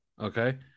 okay